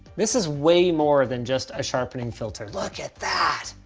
this is way more than just a sharpening filter. look at that!